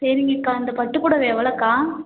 சரிங்கக்கா இந்த பட்டு புடவை எவ்வளோக்கா